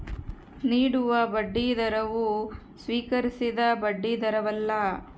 ನೀಡುವ ಬಡ್ಡಿದರವು ಸ್ವೀಕರಿಸಿದ ಬಡ್ಡಿದರವಲ್ಲ